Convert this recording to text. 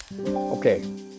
Okay